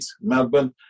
Melbourne